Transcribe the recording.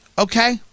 Okay